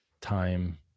time